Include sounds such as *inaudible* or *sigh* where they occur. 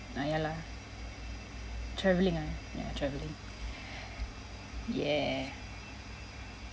ah ya lah travelling ah ya travelling *breath* yeah